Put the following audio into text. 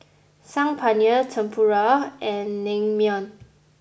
Saag Paneer Tempura and Naengmyeon